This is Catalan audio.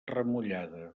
remullada